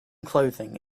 clothing